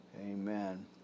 Amen